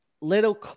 little